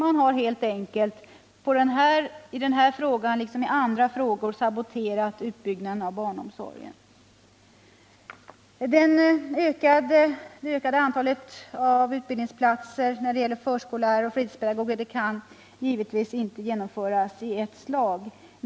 Man har helt enkelt i den här frågan liksom i andra frågor saboterat utbyggnaden av barnomsorgen. Ökningen av antalet utbildningsplatser för förskollärare och fritidspedagoger kan givetvis inte genomföras i ett slag.